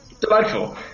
delightful